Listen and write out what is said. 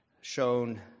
shown